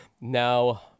Now